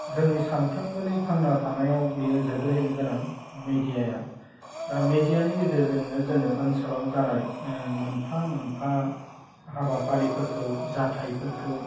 जोंनि सामफ्रोमबोनि थांना थानायाव बियो जोबोरैनो गोनां मेदियाआ दा मेदियानि गेजेरजोंनो जोङो ओनसोलाव जानाय मोनफा मोनफा हाबाफारिफोरखौ जाथाइफोरखौ